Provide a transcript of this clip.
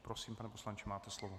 Prosím, pane poslanče, máte slovo.